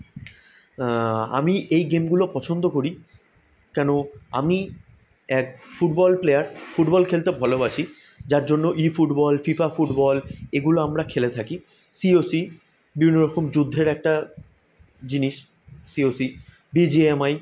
আমি এই গেমগুলো পছন্দ করি কেন আমি এক ফুটবল প্লেয়ার ফুটবল খেলতে ভালোবাসি যার জন্য ই ফুটবল ফিফা ফুটবল এগুলো আমরা খেলে থাকি সি ও সি বিভিন্ন রকম যুদ্ধের একটা জিনিস C O C B G M I